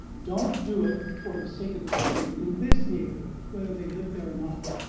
don't do it for the sake of the city in this neighborhood, whether they live there or not.